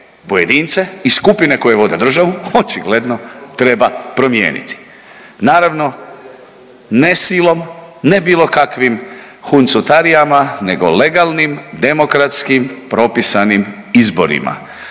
pojedince i skupine koje vode državu očigledno treba promijeniti, naravno ne silom, ne bilo kakvim huncutarijama nego legalnim, demokratskim i propisanim izborima.